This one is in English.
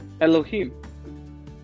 Elohim